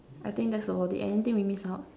I think that's about it anything we miss out